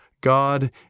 God